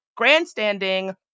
grandstanding